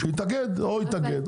שיתאגד או יצטרף לאזורי.